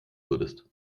würdest